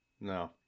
no